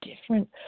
different